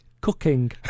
Cooking